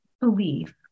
belief